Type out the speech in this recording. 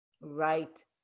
Right